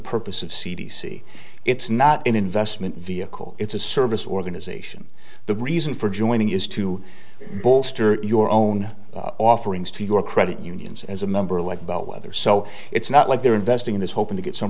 purpose of c d c it's not an investment vehicle it's a service organization the reason for joining is to bolster your own offerings to your credit unions as a member like about weather so it's not like they're investing in this hoping to get some